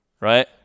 right